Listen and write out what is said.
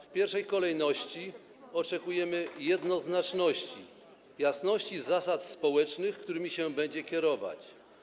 W pierwszej kolejności oczekujemy jednoznaczności, jasności zasad społecznych, którymi będzie się kierować.